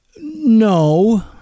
No